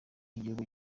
igihugu